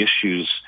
issues